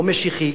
לא משיחי,